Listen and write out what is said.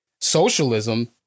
socialism